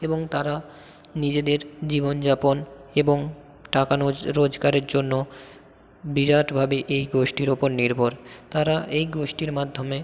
এবং তারা নিজেদের জীবনযাপন এবং টাকা রোজগারের জন্য বিরাটভাবে এই গোষ্ঠীর ওপর নির্ভর তারা এই গোষ্ঠীর মাধ্যমে